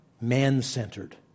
man-centered